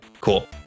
cool